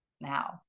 now